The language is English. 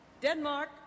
Denmark